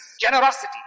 Generosity